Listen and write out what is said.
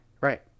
Right